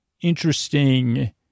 interesting